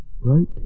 right